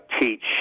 teach